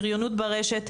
בריונות ברשת,